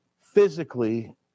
physically